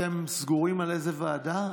אתם סגורים על איזו ועדה?